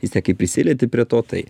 vis tiek kai prisilieti prie to tai